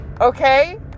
Okay